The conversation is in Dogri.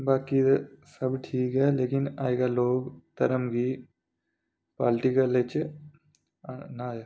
बाकी दे सब ठीक ऐ लेकिन अजकल लोक धर्म गी पोलिटिकल च आह्ना दे